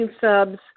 subs